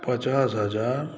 पचास हजार